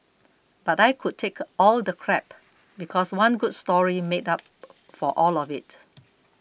but I could take all the crap because one good story made up for all of it